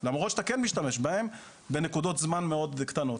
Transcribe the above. למרות שאתה כן משתמש בהן בנקודות זמן מאוד קטנות.